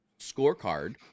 scorecard